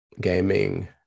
gaming